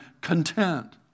content